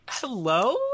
Hello